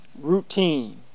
Routine